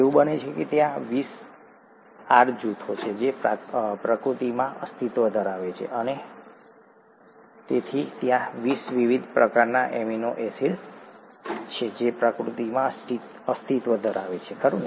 એવું બને છે કે ત્યાં વીસ આર જૂથો છે જે પ્રકૃતિમાં અસ્તિત્વ ધરાવે છે અને તેથી ત્યાં 20 વિવિધ પ્રકારના એમિનો એસિડ છે જે પ્રકૃતિમાં અસ્તિત્વ ધરાવે છે ખરું